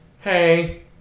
hey